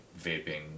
vaping